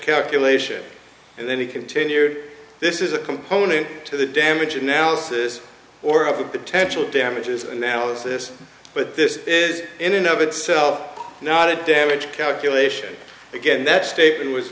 calculation and then to continue this is a component to the damage analysis or of the potential damages that was this but this is in and of itself not it damage calculation again that statement was